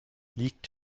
liegt